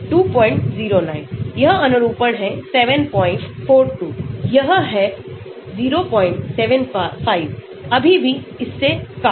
यहअनुरूपण है 742 यह है 075अभी भी इससे कम